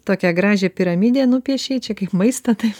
tokią gražią piramidę nupiešei čia kaip maisto taip